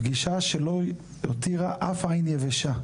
פגישה שלא הותירה אף עין יבשה.